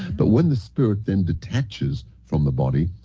but, when the spirit then detaches from the body,